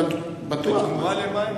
בטוח, מה זה.